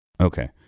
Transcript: Okay